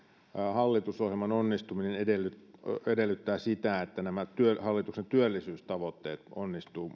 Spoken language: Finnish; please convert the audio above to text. hallitusohjelman onnistuminen edellyttää edellyttää sitä että nämä hallituksen työllisyystavoitteet onnistuvat